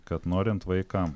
kad norint vaiką